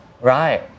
Right